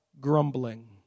grumbling